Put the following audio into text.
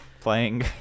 Playing